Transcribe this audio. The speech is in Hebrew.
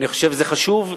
אני חושב שזה חשוב,